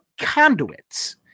conduits